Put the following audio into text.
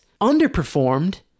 underperformed